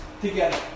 together